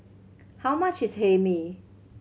how much is Hae Mee